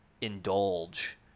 indulge